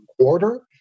quarter